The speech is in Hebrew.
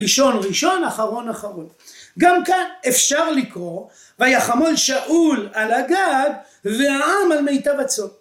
ראשון ראשון אחרון אחרון. גם כאן אפשר לקרוא ויחמול שאול על אגג והעם על מיטב הצאן.